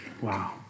Wow